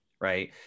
right